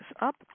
up